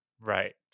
Right